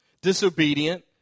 Disobedient